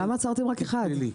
למה עצרתם רק אחד?